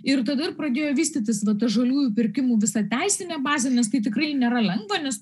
ir tada ir pradėjo vystytis vat ta žaliųjų pirkimų visa teisinė bazė nes tai tikrai nėra lengva nes